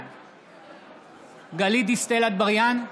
גלית דיסטל אטבריאן,